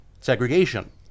segregation